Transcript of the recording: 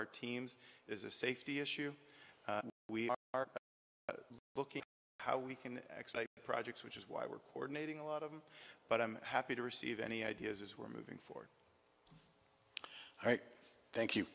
our teams is a safety issue we are looking how we can actually projects which is why we're coordinating a lot of them but i'm happy to receive any ideas as we're moving forward all right thank you